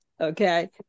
Okay